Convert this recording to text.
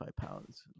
pounds